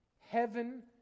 Heaven